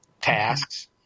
tasks